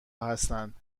هستند